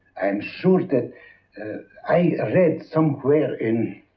am sure that i read somewhere in